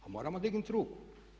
Pa moramo dignuti ruku.